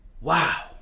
Wow